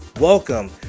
welcome